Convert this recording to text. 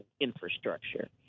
infrastructure